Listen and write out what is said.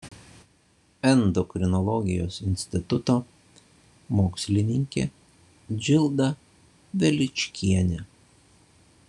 endokrinologijos instituto mokslininkė džilda veličkienė